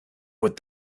with